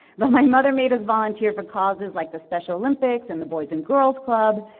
but my mother made us volunteer for causes like the special olympics and the boys and girls club.